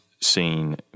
seen